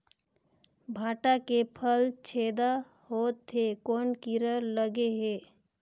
भांटा के फल छेदा होत हे कौन कीरा लगे हे?